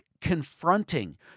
confronting